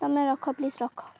ତମେ ରଖ ପ୍ଲିଜ୍ ରଖ